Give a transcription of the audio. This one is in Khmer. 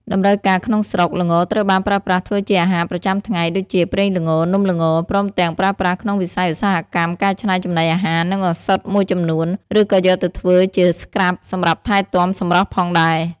តម្រូវការក្នុងស្រុក ល្ងត្រូវបានប្រើប្រាស់ធ្វើជាអាហារប្រចាំថ្ងៃ ដូចជាប្រេងល្ង នំល្ង ព្រមទាំងប្រើប្រាស់ក្នុងវិស័យឧស្សាហកម្មកែច្នៃចំណីអាហារ និងឱសថមួយចំនួន ឬក៏យកទៅធ្វើជាស្រ្កាប់សម្រាប់ថែទាំសម្រស់ផងដែរ។